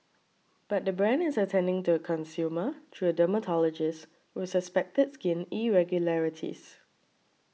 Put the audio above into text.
but the brand is attending to a consumer through a dermatologist with suspected skin irregularities